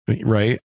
Right